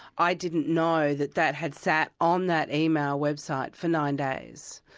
i didn't know that that had sat on that email website for nine days.